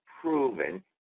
proven